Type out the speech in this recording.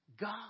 God